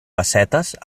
bassetes